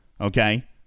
Okay